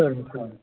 சரிங்க சார்